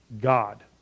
God